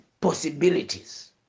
possibilities